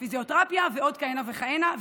פיזיותרפיה ועוד כהנה וכהנה,